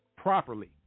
Properly